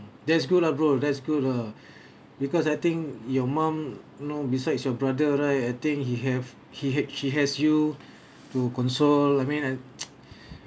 that's good lah bro~ that's good lah because I think your mum know besides your brother right I think he have he ha~ she has you to console I mean I